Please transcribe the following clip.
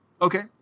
Okay